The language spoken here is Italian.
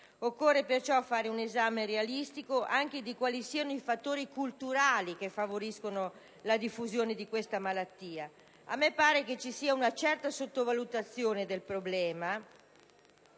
Occorre fare dunque un esame realistico di quali siano anche i fattori culturali che favoriscono la diffusione di questa malattia: mi pare che ci sia una certa sottovalutazione del problema,